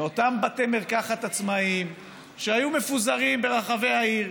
אותם בתי מרקחת עצמאיים שהיו מפוזרים ברחבי העיר,